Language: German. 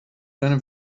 deine